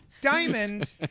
Diamond